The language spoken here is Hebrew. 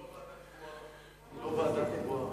כי היא לא ועדה קבועה.